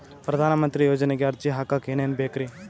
ಪ್ರಧಾನಮಂತ್ರಿ ಯೋಜನೆಗೆ ಅರ್ಜಿ ಹಾಕಕ್ ಏನೇನ್ ಬೇಕ್ರಿ?